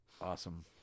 Awesome